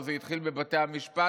או שזה התחיל בבתי המשפט,